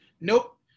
nope